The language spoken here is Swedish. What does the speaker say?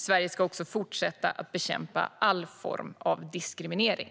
Sverige ska också fortsätta att bekämpa all form av diskriminering.